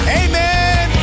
amen